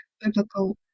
Biblical